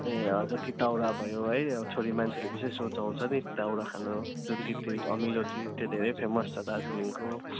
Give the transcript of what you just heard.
ए हजुर कि तितौरा भयो है छोरी मान्छेले विशेष रुचाउँछ नि तितौरा खान झन् तितरीको अमिलो चिज त्यो धेरै फेमस छ दार्जिलिङको